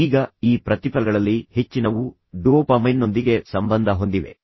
ಈಗ ಈ ಪ್ರತಿಫಲಗಳಲ್ಲಿ ಹೆಚ್ಚಿನವು ಡೋಪಮೈನ್ನೊಂದಿಗೆ ಸಂಬಂಧ ಹೊಂದಿವೆ